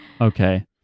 Okay